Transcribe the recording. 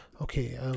Okay